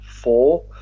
four